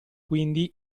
quindi